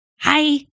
Hi